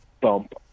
bump